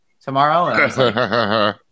tomorrow